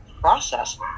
process